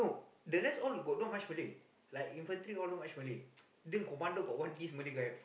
the rest all got not much Malay like infantry all not much Malay then commando got one this Malay guy